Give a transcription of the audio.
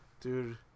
Dude